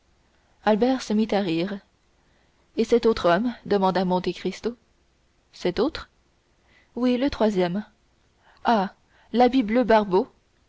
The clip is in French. albert se mit à rire et cet autre demanda le comte cet autre oui le troisième ah